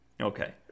okay